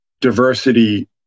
diversity